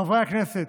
חברי הכנסת,